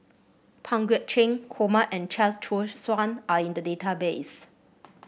Pang Guek Cheng Kumar and Chia Choo Suan are in the database